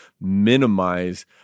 minimize